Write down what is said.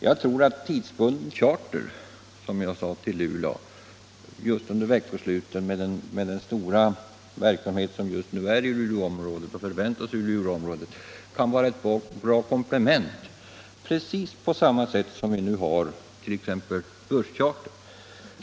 Jag tror att charterflyg till Luleå under veckosluten, med den stora verksamhet som just nu förekommer och som väntas i Luleåområdet, kan vara ett bra komplement på samma sätt som busscharter nu är det.